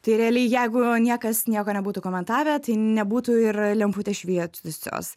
tai realiai jeigu niekas nieko nebūtų komentavę tai nebūtų ir lemputės švietusios